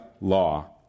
law